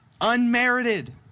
unmerited